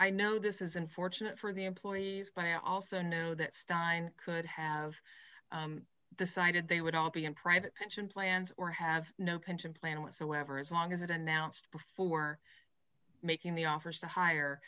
i know this is unfortunate for the employees by also know that stein could have decided they would all be in private pension plans or have no pension plan with whoever as long as it announced before making the offer to hire